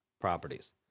properties